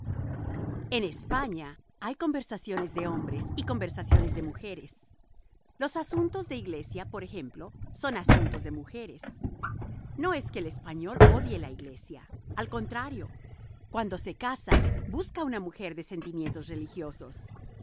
en españa hay conversaciones de hombres y conversaciones de mujeres los asuntos de iglesia por ejemplo son asuntos de mujeres no es que el español odie la iglesia al contrario cuando se casa busca una mujer de sentimientos religiosos